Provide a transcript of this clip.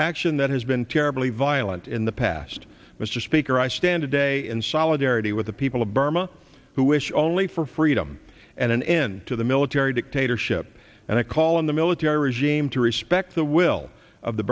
action that has been terribly violent in the past mr speaker i stand today in solidarity with the people of burma who wish only for freedom and an end to the military dictatorship and i call on the military regime to respect the will of the